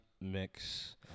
mix